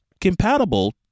compatible